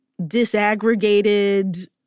disaggregated